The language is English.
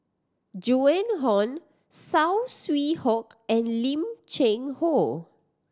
Joan Hon Saw Swee Hock and Lim Cheng Hoe